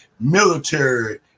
military